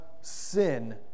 sin